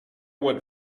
what